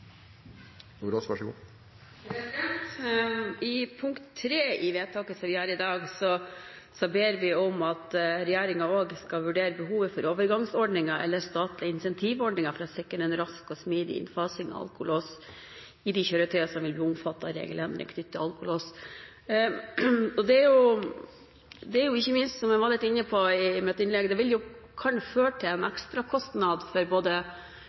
i innstillingens forslag til I, som blir vedtatt i dag, ber vi «regjeringa også vurdere behovet for overgangsordningar eller statlege insentivordningar for å sikre rask og smidig innfasing av alkolås i dei køyretøya som vil bli omfatta av ei regelendring knytt til alkolås.» Det kan – som jeg var litt inne på i mitt innlegg – føre til en ekstra kostnad for både